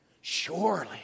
Surely